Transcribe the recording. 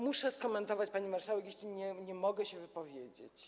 Muszę skomentować, pani marszałek, jeśli nie mogę się wypowiedzieć.